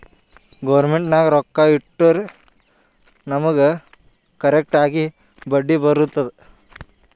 government ನಾಗ್ ರೊಕ್ಕಾ ಇಟ್ಟುರ್ ನಮುಗ್ ಕರೆಕ್ಟ್ ಆಗಿ ಬಡ್ಡಿ ಬರ್ತುದ್